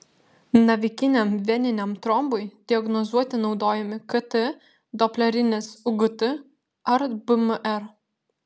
navikiniam veniniam trombui diagnozuoti naudojami kt doplerinis ugt ar bmr